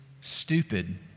stupid